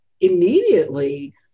immediately